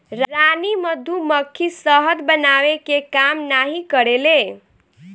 रानी मधुमक्खी शहद बनावे के काम नाही करेले